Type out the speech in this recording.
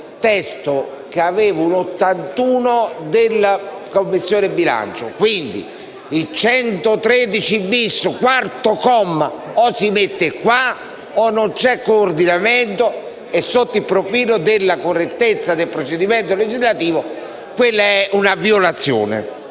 *ex* articolo 81 della Commissione bilancio, quindi, l'articolo 113*-bis*, comma 4, o si mette qua o non c'è coordinamento e, sotto il profilo della correttezza del procedimento legislativo, quella è una violazione.